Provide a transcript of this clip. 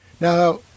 Now